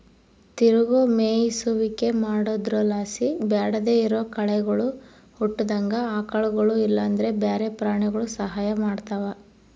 ತಿರುಗೋ ಮೇಯಿಸುವಿಕೆ ಮಾಡೊದ್ರುಲಾಸಿ ಬ್ಯಾಡದೇ ಇರೋ ಕಳೆಗುಳು ಹುಟ್ಟುದಂಗ ಆಕಳುಗುಳು ಇಲ್ಲಂದ್ರ ಬ್ಯಾರೆ ಪ್ರಾಣಿಗುಳು ಸಹಾಯ ಮಾಡ್ತವ